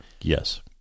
Yes